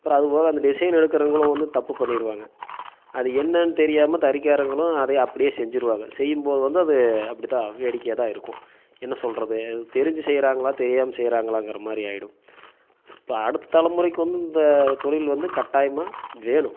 அப்புறம் அது போக அந்த டிசைனை எடுக்கிறவங்களும் வந்து தப்பு பண்ணிருவாங்க அது என்னன்னு தெரியாமல் தரிகாரங்களும் அதை அப்படியே செஞ்சிருவாங்க செய்யும்போது வந்து அது அப்படித்தான் வேடிக்கையாகதான் இருக்கும் என்ன சொல்கிறது இது தெரிஞ்சி செய்கிறாங்களா தெரியாமல் செய்கிறாங்களாங்குற மாதிரி ஆகிடும் இப்போ அடுத்த தலைமுறைக்கு வந்து இந்த தொழில் வந்து கட்டாயமாக வேணும்